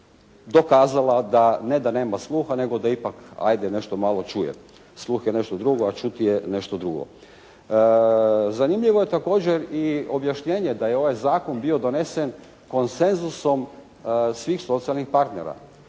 je dokazala da, ne da nema sluha, nego da ipak, hajde nešto malo čuje. Sluh je nešto drugo, a čuti je nešto drugo. Zanimljivo je također i objašnjenje da je ovaj zakon bio donesen konsenzusom svih socijalnih partnera.